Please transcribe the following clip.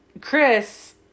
Chris